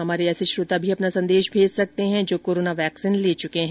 हमारे ऐसे श्रोता भी अपना संदेश भेज सकते हैं जो कोरोना वैक्सीन ले चुके हैं